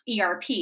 ERP